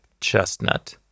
chestnut